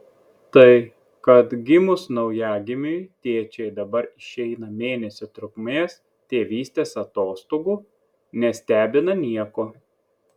tai kad gimus naujagimiui tėčiai dabar išeina mėnesio trukmės tėvystės atostogų nestebina nieko